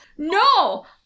No